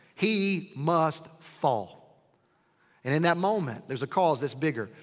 he must fall. and in that moment. there's a cause that's bigger.